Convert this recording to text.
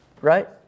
right